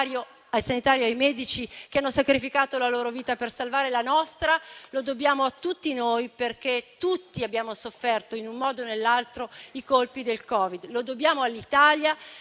ai medici che hanno sacrificato la loro vita per salvare la nostra. Lo dobbiamo a tutti noi, perché tutti abbiamo sofferto in un modo o nell'altro i colpi del Covid. Lo dobbiamo all'Italia